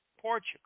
Portugal